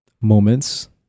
moments